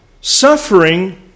Suffering